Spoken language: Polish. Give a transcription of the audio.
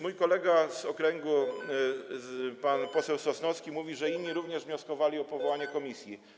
Mój kolega z okręgu pan poseł Sosnowski stwierdził, że inni również wnioskowali o powołanie komisji.